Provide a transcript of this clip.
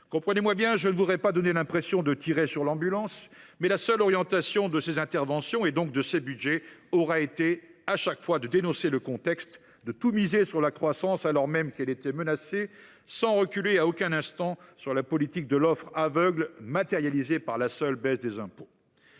Comprenez moi bien : je ne voudrais pas donner l’impression de tirer sur l’ambulance, mais la seule orientation de ces interventions, et donc de ces budgets, aura été, à chaque fois, de dénoncer le contexte, de tout miser sur la croissance, alors même que celle ci était menacée, sans reculer à aucun instant sur la politique de l’offre aveugle matérialisée par la seule baisse des impôts